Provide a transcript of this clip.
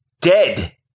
dead